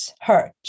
hurt